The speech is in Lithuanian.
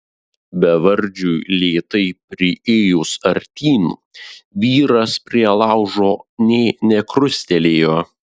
bevardžiui lėtai priėjus artyn vyras prie laužo nė nekrustelėjo